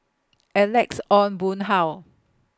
Alex Ong Boon Hau